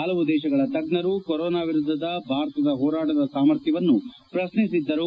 ಪಲವು ದೇಶಗಳ ತಜ್ಞರು ಕೊರೋನಾ ವಿರುದ್ದದ ಭಾರತದ ಹೋರಾಟದ ಸಾಮರ್ಥ್ಯವನ್ನು ಪ್ರತ್ನಿಸಿದ್ದರು